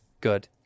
Good